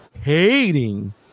hating